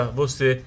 você